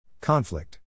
Conflict